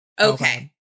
Okay